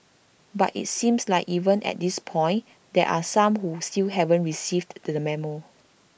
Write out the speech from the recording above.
but IT seems like even at this point there are some who still haven't received the memo